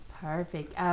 Perfect